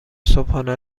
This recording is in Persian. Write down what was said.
صبحانه